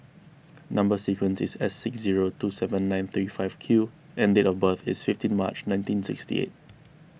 Number Sequence is S six zero two seven nine three five Q and date of birth is fifteen March nineteen sixty eight